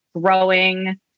growing